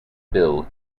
bill